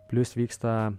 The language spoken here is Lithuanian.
plius vyksta